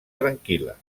tranquil·la